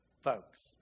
folks